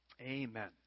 Amen